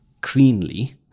cleanly